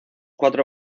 cuatro